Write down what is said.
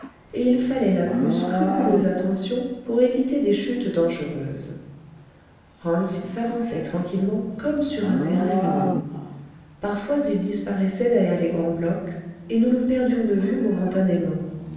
et il fallait la plus scrupuleuse attention pour éviter des chutes dangereuses hans s'avançait tranquillement comme sur un terrain uni parfois il disparaissait derrière les grands blocs et nous le perdions de vue momentanément